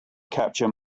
capture